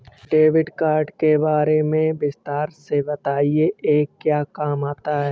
Debit card के बारे में हमें विस्तार से बताएं यह क्या काम आता है?